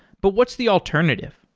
but what's the alternative?